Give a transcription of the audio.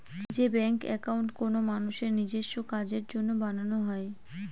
যে bank account কোনো মানুষের নিজেস্ব কাজের জন্য বানানো হয়